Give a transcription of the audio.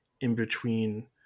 in-between